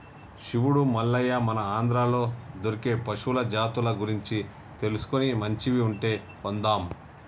శివుడు మల్లయ్య మన ఆంధ్రాలో దొరికే పశువుల జాతుల గురించి తెలుసుకొని మంచివి ఉంటే కొందాం